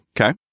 Okay